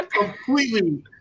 completely